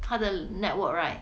他的 network right